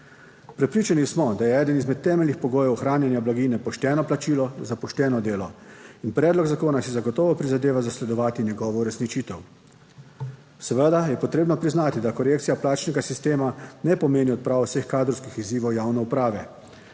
Prepričani smo, da je eden izmed temeljnih pogojev ohranjanja blaginje pošteno plačilo za pošteno delo in predlog zakona si zagotovo prizadeva zasledovati njegovo uresničitev. Seveda je potrebno priznati, da korekcija plačnega sistema ne pomeni odpravo vseh kadrovskih izzivov javne uprave.